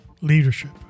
Leadership